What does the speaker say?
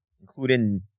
including